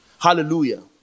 Hallelujah